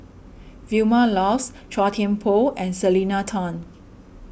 Vilma Laus Chua Thian Poh and Selena Tan